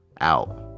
out